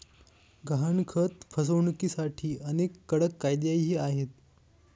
गहाणखत फसवणुकीसाठी अनेक कडक कायदेही आहेत